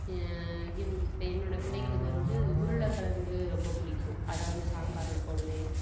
இப்போ என்னோடய பிள்ளைகளுக்கு வந்து உருளக்கிழங்கு ரொம்ப பிடிக்கும் அதை வந்து சாம்பாரில் போடுவேன்